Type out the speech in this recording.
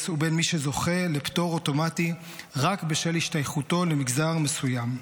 ובין מי שזוכה לפטור אוטומטי רק בשל השתייכותו למגזר מסוים.